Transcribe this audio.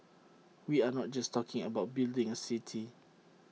we are not just talking about building A city